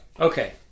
Okay